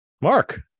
Mark